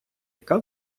яка